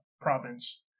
province